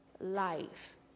life